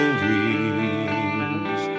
dreams